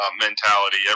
mentality